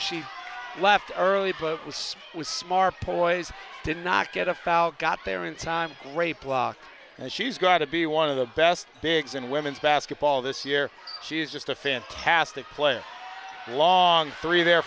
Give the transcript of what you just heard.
she left early but was was smart poised did not get a foul got there in time great block and she's got to be one of the best gigs in women's basketball this year she's just a fantastic player long three there